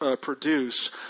produce